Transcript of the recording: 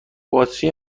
باتری